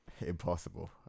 Impossible